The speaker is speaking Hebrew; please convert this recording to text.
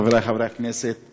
חברי חברי הכנסת,